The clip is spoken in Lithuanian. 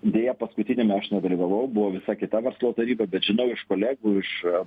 deja paskutiniame aš nedalyvavau buvo visa kita verslo taryba bet žinau iš kolegų iš